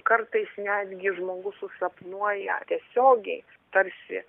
kartais netgi žmogus susapnuoja tiesiogiai tarsi